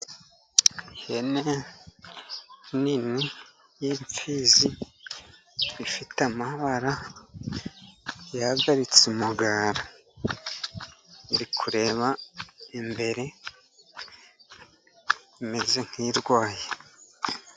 Ihene nini y'imfizi, ifite amabara yahagaritse umugara, iri kureba imbere imeze nk'irwaye.